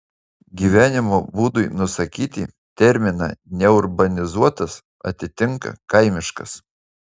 gyvenimo būdui nusakyti terminą neurbanizuotas atitinka kaimiškas